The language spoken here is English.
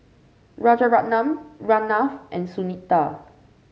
Rajaratnam Ramnath and Sunita